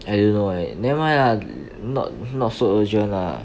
I don't know eh nevermind lah not not so urgent lah